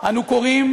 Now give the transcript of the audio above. "אנו קוראים